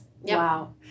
wow